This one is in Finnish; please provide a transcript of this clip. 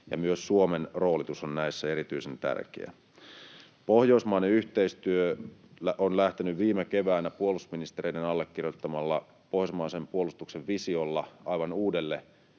myös Suomen roolitus on näissä erityisen tärkeää. Pohjoismainen yhteistyö on lähtenyt viime keväänä puolustusministereiden allekirjoittamalla pohjoismaisen puolustuksen visiolla aivan uudelle